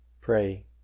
pray